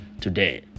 today